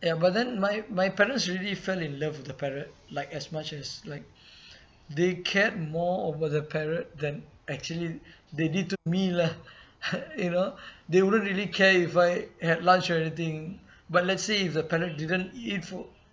ya but then my my parents really fell in love with the parrot like as much as like they cared more over the parrot than actually they did to me lah you know they wouldn't really care if I had lunch or anything but let's say if the parrot didn't eat for